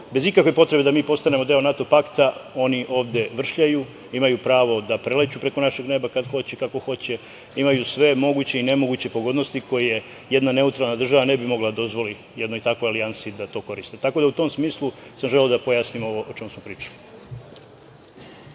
bez ikakve potrebe da mi postanemo deo NATO pakta oni ovde vršljaju, imaju pravo da preleću preko našeg neba kad hoće i kako hoće, imaju sve moguće i nemoguće pogodnosti koje jedna neutralna država ne bi mogla da dozvoli jednoj takvoj alijansi da to koristi. Tako da, u tom smislu, tako da u tom smislu sam želeo da pojasnim ovo o čemu smo pričali.